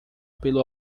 pelo